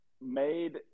made